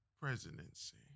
presidency